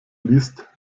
liest